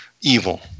evil